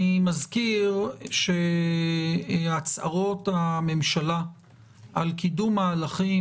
אני מזכיר שהצהרות הממשלה על קידום מהלכים